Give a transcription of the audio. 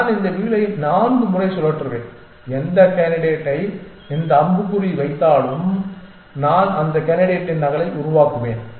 நான் இந்த வீலை 4 முறை சுழற்றுவேன் எந்த கேண்டிடேட்டை இந்த அம்பு குறி வைத்தாலும் நான் அந்த கேண்டிடேட்டின் நகலை உருவாக்குவேன்